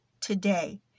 today